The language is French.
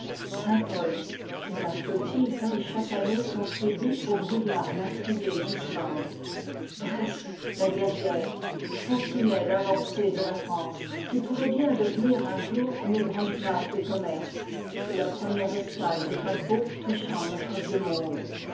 paimpol dont la flottille paye chaque année son tribut aux brouillards meurtriers d'lslande brest la guerrière sentinelle avancée de la france qui pourrait bien devenir un jour une grande place de commerce et la première escale des paquebots touchant notre vieux monde